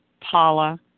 Paula